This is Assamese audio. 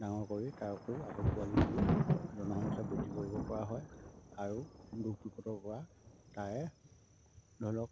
ডাঙৰ কৰি তাৰ কো আহকৌ পোৱালি দি জনসংখ্যা বৃদ্ধি কৰিব পৰা হয় আৰু দুখ বিপদৰ কৰা তাৰে ধৰি লওক